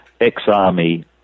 ex-army